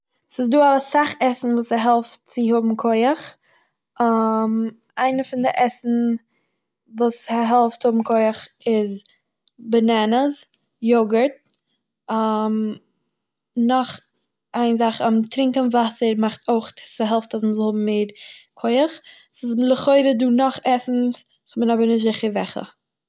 ס'איז דא אסאך עסן וואס ס'העלפט צו האבן כח, איינער פון די עסן וואס ס'העלפט האבן כח איז בענענאס, יאגארט, נאך איין זאך טרינקען וואסער מאכט אויך, ס'העלפט אז מ'זאל האבן מער כח, ס'איז לכאורה דא נאך עסן, איך בין אבער נישט זיכער וועכע.